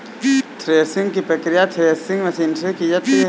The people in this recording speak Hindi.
थ्रेशिंग की प्रकिया थ्रेशिंग मशीन से की जाती है